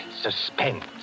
suspense